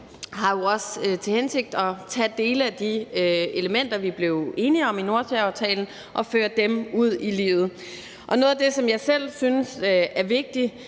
har jo også til hensigt at tage dele af de elementer, vi blev enige om i Nordsøaftalen, og føre dem ud i livet. Og noget af det, som jeg selv synes er vigtigt,